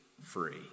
free